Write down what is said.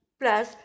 plus